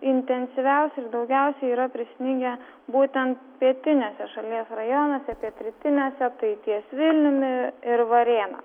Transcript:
intensyviausiai daugiausiai yra prisnigę būten pietiniuose šalies rajonuose pietrytiniuose tai ties vilniumi ir varėna